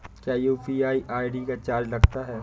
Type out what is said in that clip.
क्या UPI ID का charge लगता है?